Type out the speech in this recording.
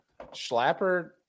Schlapper